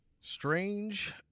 strange